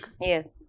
Yes